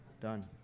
done